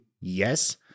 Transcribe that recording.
Yes